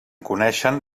coneixen